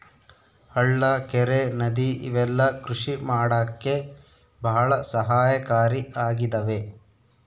ಹಳ್ಳ ಕೆರೆ ನದಿ ಇವೆಲ್ಲ ಕೃಷಿ ಮಾಡಕ್ಕೆ ಭಾಳ ಸಹಾಯಕಾರಿ ಆಗಿದವೆ